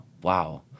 Wow